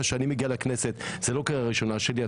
שאני מגיע לכנסת וזו לא קריירה ראשונה שלי.